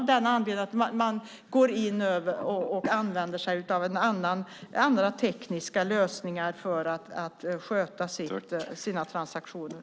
Anledningen är att de använder sig av andra tekniska lösningar för att sköta sina transaktioner.